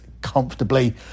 comfortably